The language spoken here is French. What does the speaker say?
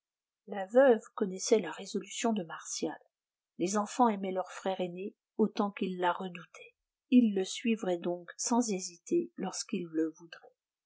la veuve connaissait la résolution de martial les enfants aimaient leur frère aîné autant qu'ils la redoutaient ils le suivraient donc sans hésiter lorsqu'il le voudrait